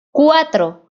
cuatro